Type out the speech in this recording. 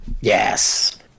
Yes